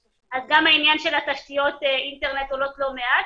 אז גם העניין של תשתיות אינטרנט עולה לא מעט,